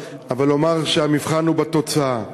אבל לומר שהמבחן הוא בתוצאה.